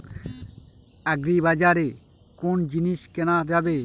আগ্রিবাজারে কোন জিনিস কেনা যাবে?